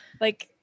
Like-